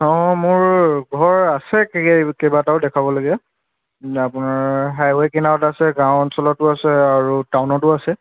অ মোৰ ঘৰ আছে কেই কেইবাটাও দেখাব লগা আপোনাৰ হাইৱেৰ কিনাৰত আছে গাঁও অঞ্চলতো আছে আৰু টাউনতো আছে